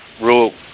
rule